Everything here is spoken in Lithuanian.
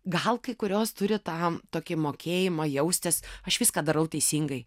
gal kai kurios turi tą tokį mokėjimą jaustis aš viską darau teisingai